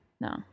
no